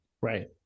right